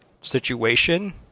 situation